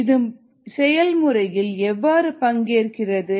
இது செயல்முறையில் எவ்வாறு பங்கேற்கிறது